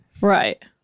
Right